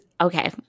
okay